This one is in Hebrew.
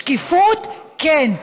שקיפות, כן.